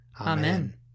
Amen